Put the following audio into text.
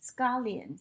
scallions